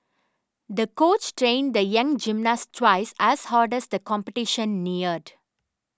the coach trained the young gymnast twice as hard as the competition neared